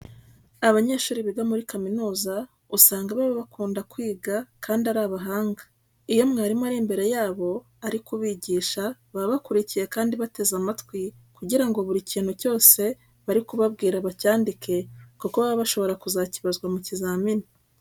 Abanyeshuri biga muri kaminuza usanga baba bakunda kwiga kandi ari abahanga. Iyo mwarimu ari imbere yabo ari kubigisha baba bakurikiye kandi bateze amatwi kugira ko buri kintu cyose bari kubwirwa bacyandike kuko baba bashobora kuzakibazwa mu kizamini.